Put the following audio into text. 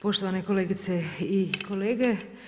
Poštovane kolegice i kolege.